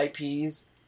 IPs